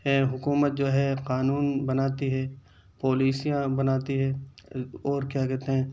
حکومت جو ہے قانون بناتی ہے پالیسیاں بناتی ہیں اور کیا کہتے ہیں